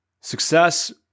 Success